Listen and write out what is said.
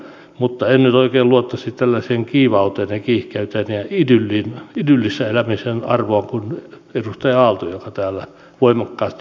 mutta en nyt oikein luottaisi tällaiseen kiivauteen ja kiihkeyteen ja idyllisen elämisen arvoon kuin edustaja aalto joka täällä voimakkaasti julisti omaa oppiaan